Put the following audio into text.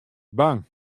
bang